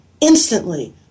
instantly